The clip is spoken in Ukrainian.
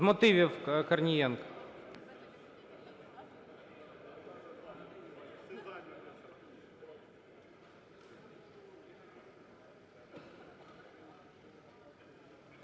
З мотивів – Корнієнко.